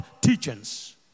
teachings